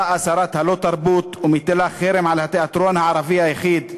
באה שרת הלא-תרבות ומטילה חרם על התיאטרון הערבי היחיד,